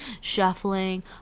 shuffling